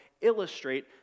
illustrate